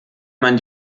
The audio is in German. man